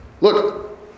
Look